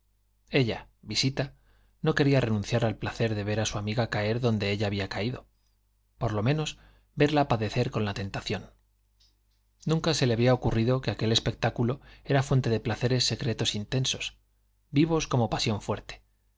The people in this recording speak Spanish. ella visita no quería renunciar al placer de ver a su amiga caer donde ella había caído por lo menos verla padecer con la tentación nunca se le había ocurrido que aquel espectáculo era fuente de placeres secretos intensos vivos como pasión fuerte